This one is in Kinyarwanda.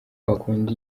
wakunda